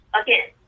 Again